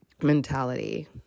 Mentality